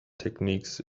techniques